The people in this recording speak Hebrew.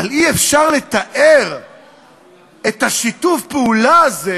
אבל אי-אפשר לתאר את שיתוף הפעולה הזה